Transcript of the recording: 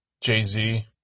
Jay-Z